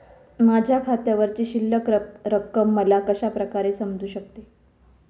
माझ्या खात्यावरची शिल्लक रक्कम मला कशा प्रकारे समजू शकते?